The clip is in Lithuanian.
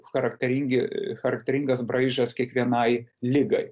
charakteringi charakteringas braižas kiekvienai ligai